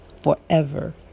forever